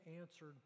answered